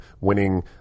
winning –